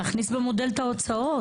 לא, להכניס במודל גם את ההוצאות.